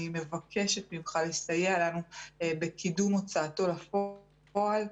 אני מבקשת ממך לסייע לנו בקידום הוצאתו לפועל.